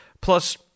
plus